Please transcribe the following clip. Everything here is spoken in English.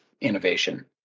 innovation